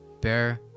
bear